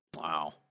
Wow